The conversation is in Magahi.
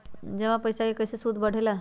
जमा पईसा के कइसे सूद बढे ला?